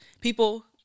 people